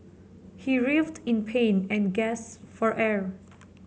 he writhed in pain and gasped for air